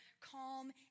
calm